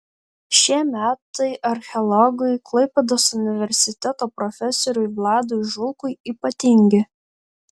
šie metai archeologui klaipėdos universiteto profesoriui vladui žulkui ypatingi